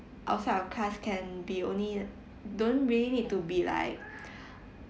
outside of class can be only don't really need to be like